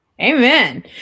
Amen